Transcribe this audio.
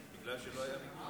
בגלל שלא היה מיגון.